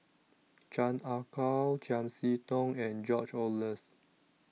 Chan Ah Kow Chiam See Tong and George Oehlers